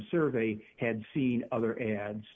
survey had seen other ads